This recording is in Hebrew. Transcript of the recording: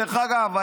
דרך אגב,